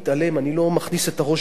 אני לא מכניס את הראש בחול,